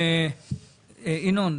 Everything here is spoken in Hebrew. ינון,